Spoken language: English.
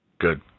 good